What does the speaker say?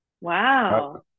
Wow